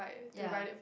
ya